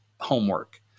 homework